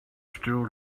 still